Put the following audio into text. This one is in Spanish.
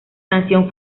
sanción